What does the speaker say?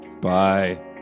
Bye